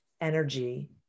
energy